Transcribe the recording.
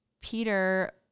Peter